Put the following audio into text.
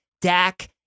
Dak